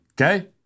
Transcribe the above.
Okay